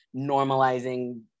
normalizing